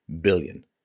billion